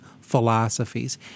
philosophies